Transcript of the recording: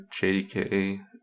JDK